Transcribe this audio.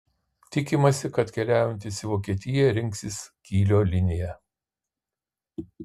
tikimasi kad keliaujantys į vokietiją rinksis kylio liniją